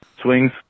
swings